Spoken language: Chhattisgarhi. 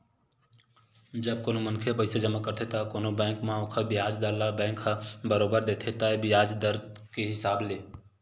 जब कोनो मनखे ह पइसा जमा करथे त कोनो बेंक म ओखर बियाज दर ल बेंक ह बरोबर देथे तय बियाज दर के हिसाब ले